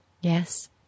Yes